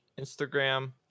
Instagram